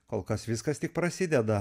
kol kas viskas tik prasideda